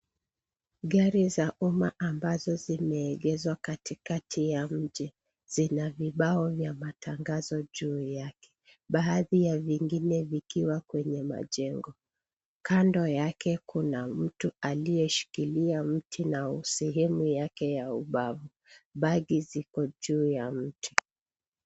Gari za umma ambazo zimeegeshwa katikati ya mji. Zina vibao vya matangazo juu yake. Baadhi ya vingine vikiwa kwenye majengo. Kando yake kuna mtu aliyeshikilia mti na sehemu yake ya ubavu. Bagi ziko juu ya mti.